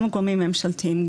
גם גורמים ממשלתיים,